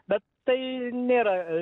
bet tai nėra